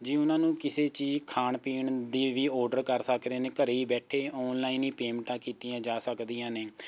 ਜੇ ਉਨ੍ਹਾਂ ਕਿਸੇ ਚੀਜ਼ ਖਾਣ ਪੀਣ ਦੀ ਵੀ ਔਡਰ ਕਰ ਸਕਦੇ ਨੇ ਘਰ ਹੀ ਬੈਠੇ ਆਨਲਾਈਨ ਹੀ ਪੇਅਮੈਂਟਾਂ ਕੀਤੀਆਂ ਜਾ ਸਕਦੀਆਂ ਨੇ